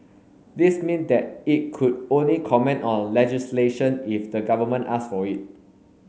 this mean that it could only comment on legislation if the government asked for it